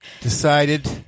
decided